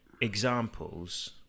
examples